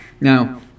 Now